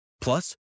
Plus